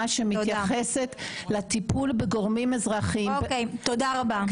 שמתייחסת לטיפול בגורמים אזרחיים --- תודה רבה,